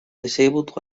disabled